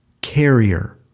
carrier